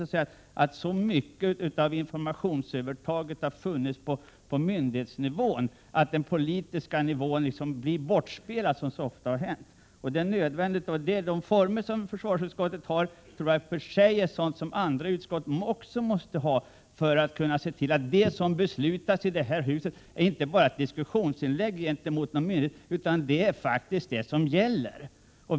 Det är orimligt att man på myndighetsnivå haft ett sådant informationsövertag att den politiska nivån så ofta som hänt blivit så att säga bortspelad. De former som försvarsutskottet har för detta är, tror jag, sådana att också andra utskott måste ha dem för att kunna se till att det som beslutas här i huset inte bara betraktas som ett diskussionsinlägg gentemot en myndighet utan faktiskt blir det som gäller.